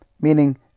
meaning